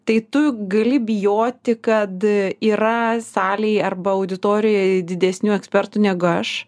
tai tu gali bijoti kad yra salėj arba auditorijoj didesnių ekspertų negu aš